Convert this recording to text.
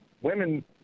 women